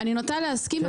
אני נוטה להסכים,